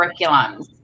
curriculums